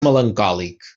melancòlic